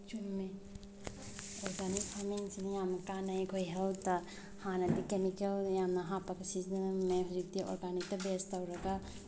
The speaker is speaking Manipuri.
ꯆꯨꯝꯃꯤ ꯑꯣꯔꯒꯥꯅꯤꯛ ꯐꯥꯔꯃꯤꯡꯁꯤꯅ ꯌꯥꯝꯅ ꯀꯥꯟꯅꯩ ꯑꯩꯈꯣꯏ ꯍꯦꯜꯇ ꯍꯥꯟꯅꯗꯤ ꯀꯦꯃꯤꯀꯦꯜ ꯌꯥꯝꯅ ꯍꯥꯞꯄꯒ ꯁꯤꯖꯤꯟꯅꯔꯝꯃꯦ ꯍꯧꯖꯤꯛꯇꯤ ꯑꯣꯔꯒꯥꯅꯤꯛꯇ ꯕꯦꯖ ꯇꯧꯔꯒ